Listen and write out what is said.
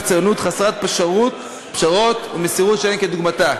מקצוענות חסרת פשרות ומסירות שאין כדוגמתה.